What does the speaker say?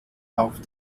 auf